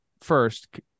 first